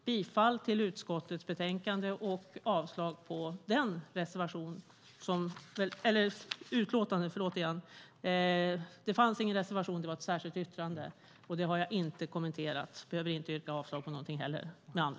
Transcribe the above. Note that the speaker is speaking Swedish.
Med detta yrkar jag bifall till förslaget i utskottets utlåtande. Det finns ingen reservation här utan bara ett särskilt yttrande, och det har jag inte kommenterat här.